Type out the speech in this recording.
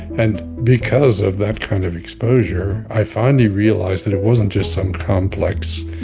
and because of that kind of exposure, i finally realized that it wasn't just some complex,